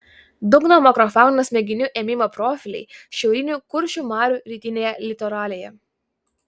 dugno makrofaunos mėginių ėmimo profiliai šiaurinių kuršių marių rytinėje litoralėje